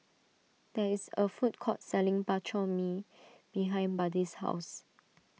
there is a food court selling Bak Chor Mee behind Buddy's house